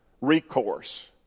recourse